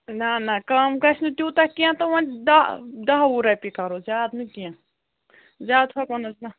نہَ نہَ کَم گژھِ نہٕ تیٛوٗتاہ کیٚنٛہہ تہٕ وۅنۍ دَہ دَہ وُہ رۄپیہِ کَرہوس زیادٕ نہٕ کیٚنٛہہ زیادٕ ہٮ۪کو نہٕ حظ نہَ